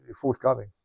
forthcoming